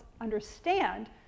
understand